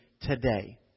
today